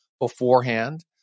beforehand